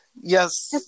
Yes